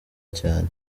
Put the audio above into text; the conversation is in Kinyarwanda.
cyane